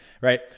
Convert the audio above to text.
Right